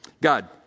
God